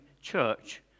church